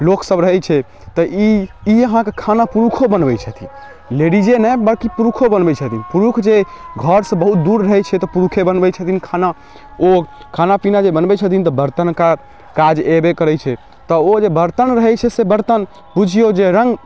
लोक सब रहै छै तऽ ई ई अहाँके खाना पुरुखो बनबै छथिन लेडीजे नहि बल्कि पुरुखो बनबै छथिन पुरुख जे घरसँ बहुत दूर रहै छै तऽ पुरुखे बनबै छथिन खाना ओ खाना पीना जे बनबै छथिन तऽ बर्तनके काज अयबे करय छै तऽ ओ जे बर्तन रहै छै से बर्तन बुझियौ जे रङ्ग